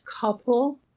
couple